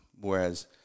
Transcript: whereas